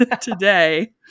today